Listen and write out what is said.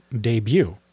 debut